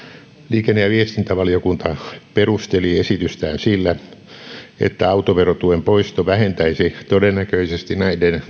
liikenne ja viestintävaliokunta perusteli esitystään sillä että autoverotuen poisto vähentäisi todennäköisesti näiden